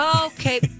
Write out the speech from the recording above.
Okay